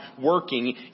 working